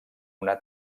una